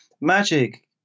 magic